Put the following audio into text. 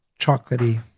chocolatey